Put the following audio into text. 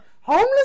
Homeless